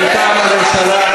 מטעם הממשלה,